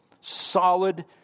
solid